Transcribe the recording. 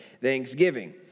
Thanksgiving